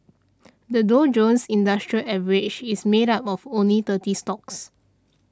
the Dow Jones Industrial Average is made up of only thirty stocks